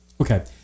okay